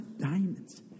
diamonds